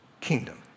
kingdom